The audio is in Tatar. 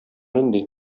нинди